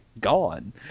gone